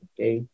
Okay